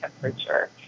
temperature